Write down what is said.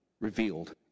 revealed